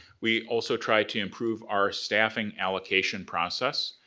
we also try to improve our staffing allocation process,